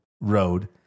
road